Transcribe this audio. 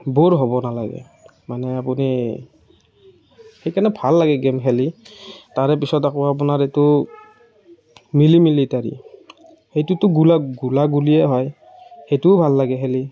bore হ'ব নালাগে মানে আপুনি সেইকাৰণে ভাল লাগে গেম খেলি তাৰে পিছত আকৌ আপোনাৰ এইটো মিনি মিলিটাৰী সেইটোতো গুলা গুলিয়া গুলিয়েই হয় সেইটোও ভাল লাগে খেলি